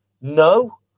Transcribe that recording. No